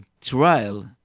trial